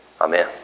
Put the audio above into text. Amen